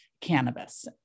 cannabis